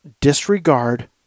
disregard